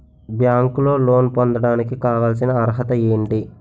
బ్యాంకులో లోన్ పొందడానికి కావాల్సిన అర్హత ఏంటి?